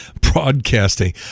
broadcasting